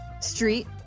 Street